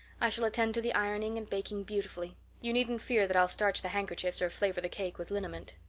i shall attend to the ironing and baking beautifully you needn't fear that i'll starch the handkerchiefs or flavor the cake with liniment.